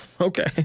Okay